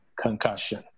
concussion